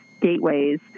gateways